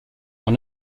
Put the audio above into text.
dans